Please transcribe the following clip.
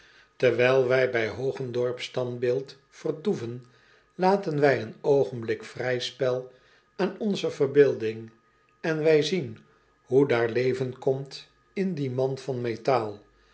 terwijl wij bij ogendorps standbeeld vertoeven laten wij een oogenblik vrij spel aan onze verbeelding en wij zien hoe daar leven komt in dien man van metaal